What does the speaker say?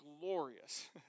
glorious